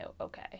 okay